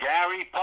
Gary